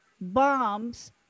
bombs